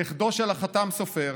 נכדו של החתם סופר